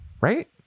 right